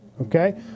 Okay